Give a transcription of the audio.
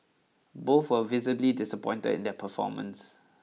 both were visibly disappointed in their performance